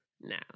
no